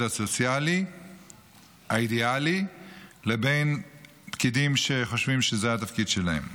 הסוציאלי האידיאלי לבין פקידים שחושבים שזה התפקיד שלהם.